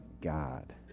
God